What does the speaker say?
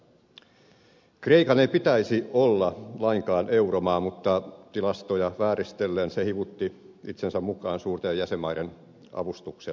kreikan ei pitäisi olla lainkaan euromaa mutta tilastoja vääristellen se hivutti itsensä mukaan suurten jäsenmaiden avustuksella